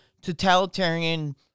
totalitarian